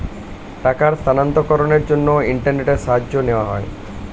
টাকার স্থানান্তরকরণের জন্য ইন্টারনেটের সাহায্য নেওয়া হয়